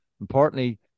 Importantly